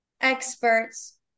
experts